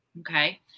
okay